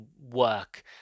work